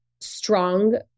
strong